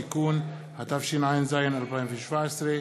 (תיקון), התשע"ז 2017,